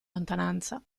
lontananza